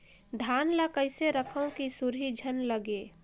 धान ल कइसे रखव कि सुरही झन लगे?